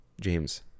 James